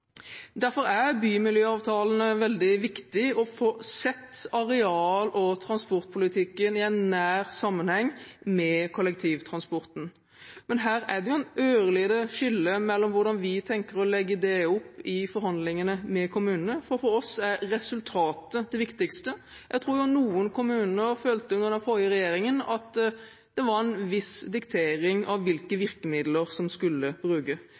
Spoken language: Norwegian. Derfor er bymiljøavtalene veldig viktige – å se arealpolitikken og transportpolitikken i nær sammenheng med kollektivtransporten. Men det er et ørlite skille når det gjelder hvordan vi tenker å legge det opp i forhandlingene med kommunene. For oss er resultatet det viktigste. Jeg tror noen kommuner følte at det under den forrige regjeringen var en viss diktering med hensyn til hvilke virkemidler som skulle